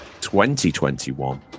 2021